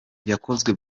yakozwe